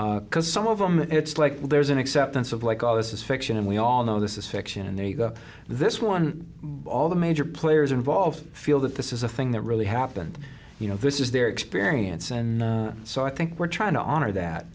because some of them it's like there's an acceptance of like all this is fiction and we all know this is fiction and then you go this one all the major players involved feel that this is a thing that really happened you know this is their experience and so i think we're trying to honor that